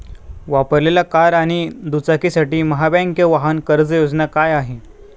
वापरलेल्या कार आणि दुचाकीसाठी महाबँक वाहन कर्ज योजना काय आहे?